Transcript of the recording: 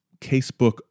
Casebook